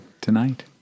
tonight